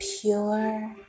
pure